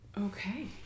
Okay